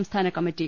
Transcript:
സംസ്ഥാനകമ്മിറ്റി